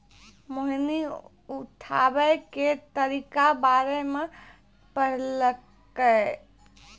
मोहिनी उठाबै के तरीका बारे मे पढ़लकै